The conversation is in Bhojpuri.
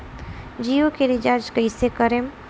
जियो के रीचार्ज कैसे करेम?